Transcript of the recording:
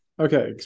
okay